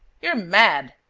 you're mad!